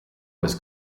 was